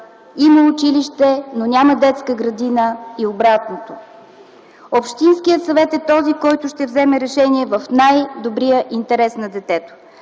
има училище, но няма детска градина и обратното. Общинският съвет е този, който ще вземе решение в най-добрия интерес на детето.